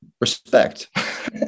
respect